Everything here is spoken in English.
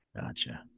Gotcha